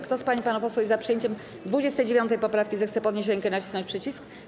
Kto z pań i panów posłów jest za przyjęciem 29. poprawki, zechce podnieść rękę i nacisnąć przycisk.